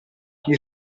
chi